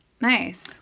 Nice